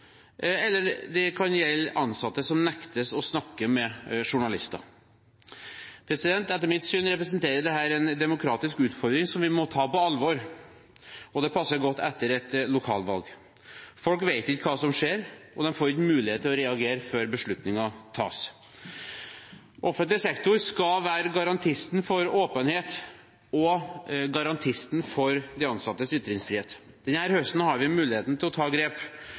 eller det kan gjelde ansatte som nektes å snakke med journalister. Etter mitt syn representerer dette en demokratisk utfordring som vi må ta på alvor, og det passer godt etter et lokalvalg. Folk vet ikke hva som skjer, og de får ikke muligheten til reagere før beslutninger tas. Offentlig sektor skal være garantisten for åpenhet og garantisten for de ansattes ytringsfrihet. Denne høsten har vi muligheten til å ta grep.